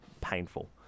Painful